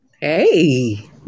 Hey